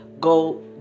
go